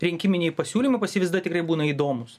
rinkiminiai pasiūlymai pas jį visada tikrai būna įdomūs